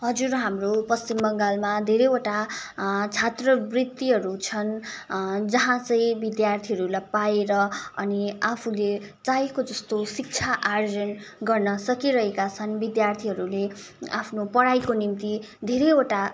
हजुर हाम्रो पश्चिम बङ्गालमा धेरैवटा छात्रवृत्तिहरू छन् जहाँ चाहिँ विद्यार्थीहरूलाई पाएर अनि आफुले चाहेको जस्तो शिक्षा आर्जन गर्न सकिरहेका छन् विद्यार्थीहरूले आफ्नो पढाइको निम्ति धेरैवटा